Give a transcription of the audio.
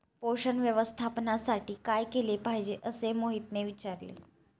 पोषण व्यवस्थापनासाठी काय केले पाहिजे असे मोहितने विचारले?